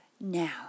Now